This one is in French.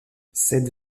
cette